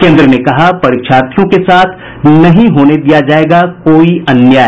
केन्द्र ने कहा परीक्षार्थियों के साथ नहीं होने दिया जाएगा कोई अन्याय